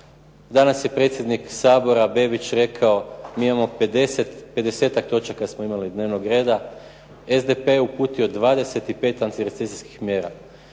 danas je predsjednik Sabora Bebić rekao mi imao 50, 50-tak točaka smo imali dnevnog reda. SDP je uputio 25 antirecesijskih mjera.